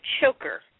choker